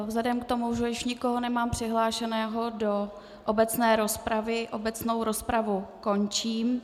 Vzhledem k tomu, že již nemám nikoho přihlášeného do obecné rozpravy, obecnou rozpravu končím.